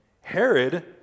Herod